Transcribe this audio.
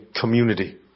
community